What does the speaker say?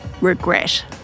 Regret